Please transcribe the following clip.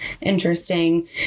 interesting